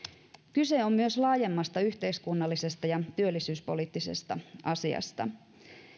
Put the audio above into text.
kyse on myös laajemmasta yhteiskunnallisesta ja työllisyyspoliittisesta asiasta